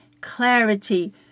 clarity